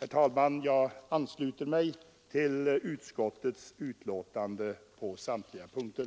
Herr talman! Jag ansluter mig till utskottets betänkande på samtliga punkter.